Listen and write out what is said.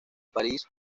parís